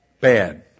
bad